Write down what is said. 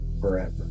forever